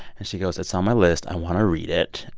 and she goes, it's on my list. i want to read it.